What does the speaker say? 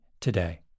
today